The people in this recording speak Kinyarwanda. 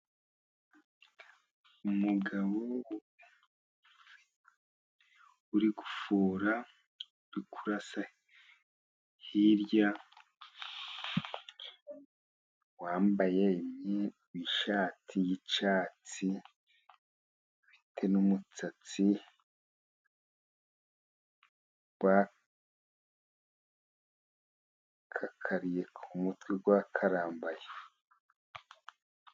Umugabo uri gufura urikurasa hirya, wambaye nkishati y'icyatsi, ufitete n'umusatsi wakakariye ku mutwe wa karambaye.